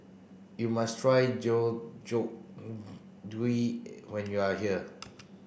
you must try when you are here